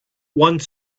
one